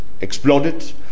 exploded